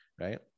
right